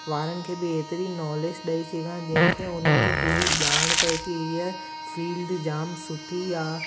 ॿारनि खे बि एतिरी नॉलेज ॾेई सघां जंहिंखे उन्हनि खे पूरी ॾियाण पिए की इहा फ़ील्ड जाम सुठी आहे